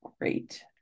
great